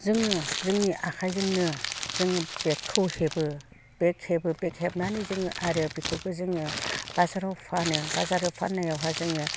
जोङो जोंनि आखायजोंनो जोंनि बेगखौ हेबो बेग हेबनानै जों आरो बेखौबो जोङो बाजाराव फानो बाजाराव फाननायावहाय जोङो